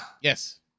yes